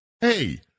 hey